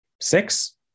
Six